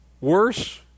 Worse